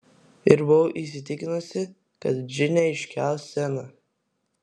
ir buvau įsitikinusi kad džine iškels sceną